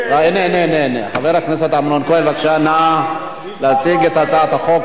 ולקריאה שלישית את הצעת החוק לתיקון פקודת בתי-הסוהר (מס' 44),